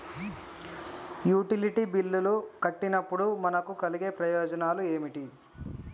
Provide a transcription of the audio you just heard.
Utility బిల్లులు కట్టినప్పుడు మనకు కలిగే ప్రయోజనాలు ఏమిటి?